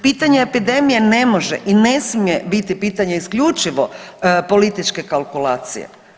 Pitanje epidemije ne može i ne smije biti pitanje isključivo političke kalkulacije.